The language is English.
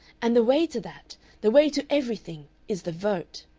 and the way to that the way to everything is the vote.